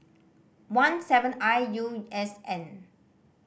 one seven I U S N